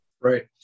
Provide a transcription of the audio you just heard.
right